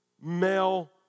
male